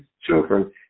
children